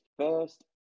first